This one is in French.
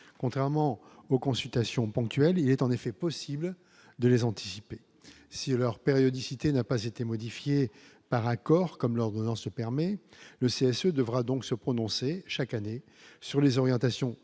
contrairement aux consultations ponctuelles, il est en effet possible de les anticiper si leur périodicité n'a pas été modifié par accord comme l'ordonnance permet le CSA devra donc se prononcer chaque année sur les orientations stratégiques